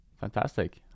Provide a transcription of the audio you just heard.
fantastic